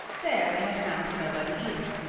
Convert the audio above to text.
there they had found nobody either,